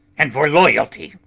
and for loyalty.